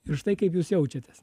ir štai kaip jūs jaučiatės